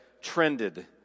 trended